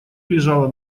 лежала